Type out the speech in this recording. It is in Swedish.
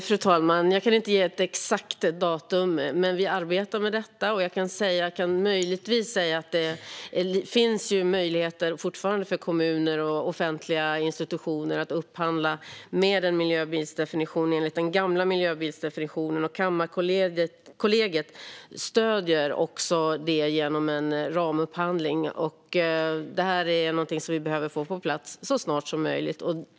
Fru talman! Jag kan inte ge ett exakt datum, men vi arbetar med detta. Jag kan möjligtvis säga att det fortfarande finns möjligheter för kommuner och offentliga institutioner att upphandla enligt den gamla miljöbilsdefinitionen. Kammarkollegiet stöder också detta genom en ramupphandling. Detta är något vi behöver få på plats så snart som möjligt.